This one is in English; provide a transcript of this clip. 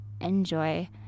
enjoy